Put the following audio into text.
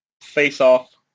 face-off